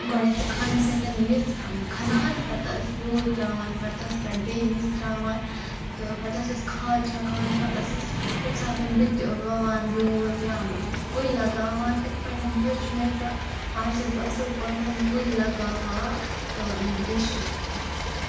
گۄڈٮ۪تھ خانہِ سۭتۍ میٚژ کھَنان پَتہٕ ٲس بیول ترٛاوان پَتہٕ ٲس پٮ۪ٹھٕ بیٚیہِ میٚژ ترٛاوان تہٕ پَتہٕ ٲسٕس کھاد چھَکان پَتہٕ ٲسٕس کُنہِ ساتَن بہٕ تہِ وَوان بیول یا کُلۍ لَگاوان اِتھ پٲٹھۍ ہیٚوچھ مےٚ تہٕ اَز چھس بہٕ اَصٕل پٲٹھۍ کُلۍ لَگاوان تہٕ بیٚیہِ چھِ تَتھ